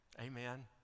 Amen